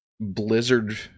blizzard